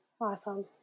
Awesome